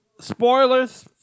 spoilers